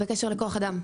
בקשר לכוח אדם.